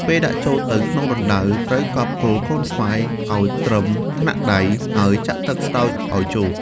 ពេលដាក់ចូលទៅក្នុងរណ្ដៅ ត្រូវកប់គល់កូនស្វាយឲ្យត្រឹមថ្នាក់ដី ហើយចាក់ទឹកស្រោចឲ្យជោគ។